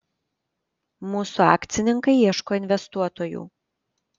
mūsų akcininkai ieško investuotojų